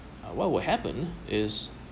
uh what will happen is